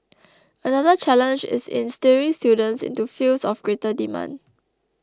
another challenge is in steering students into fields of greater demand